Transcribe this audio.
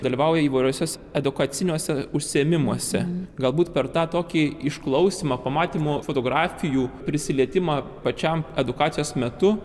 dalyvauja įvairiuose edukaciniuose užsiėmimuose galbūt per tą tokį išklausymą pamatymo fotografijų prisilietimą pačiam edukacijos metu